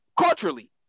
culturally